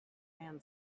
man